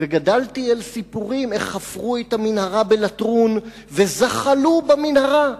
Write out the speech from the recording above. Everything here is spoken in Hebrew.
וגדלתי על סיפורים איך חפרו את המנהרה בלטרון וזחלו במנהרה.